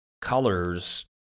colors